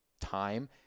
time